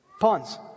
Pawns